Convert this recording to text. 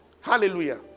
hallelujah